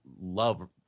love